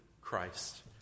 Christ